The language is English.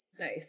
Nice